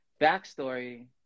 backstory